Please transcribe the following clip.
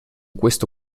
questo